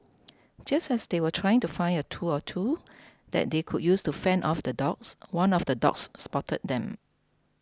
just as they were trying to find a tool or two that they could use to fend off the dogs one of the dogs spotted them